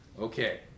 Okay